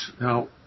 Now